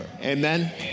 Amen